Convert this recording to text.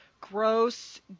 gross